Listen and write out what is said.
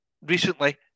recently